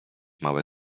małe